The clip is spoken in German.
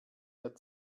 mehr